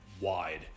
wide